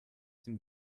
dem